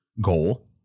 goal